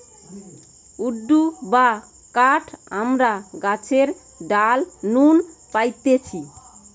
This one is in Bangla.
উড বা কাঠ আমরা গাছের ডাল নু পাইতেছি